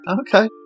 okay